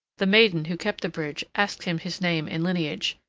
the maiden who kept the bridge asked him his name and lineage,